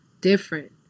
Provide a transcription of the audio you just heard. Different